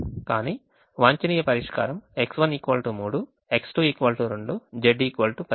కానీ వాంఛనీయ పరిష్కారం X1 3 X2 2 Z 18